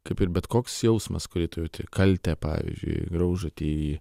kaip ir bet koks jausmas kurį tu jauti kaltę pavyzdžiui graužatį